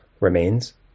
remains